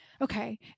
okay